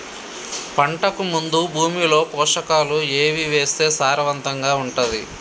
పంటకు ముందు భూమిలో పోషకాలు ఏవి వేస్తే సారవంతంగా ఉంటది?